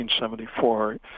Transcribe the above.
1974